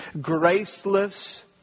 graceless